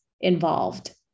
involved